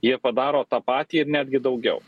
jie padaro tą patį ir netgi daugiau